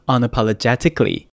Unapologetically